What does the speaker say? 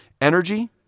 Energy